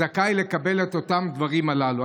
זכאי לקבל את הדברים הללו.